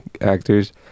actors